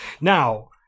Now